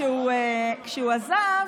כשהוא עזב,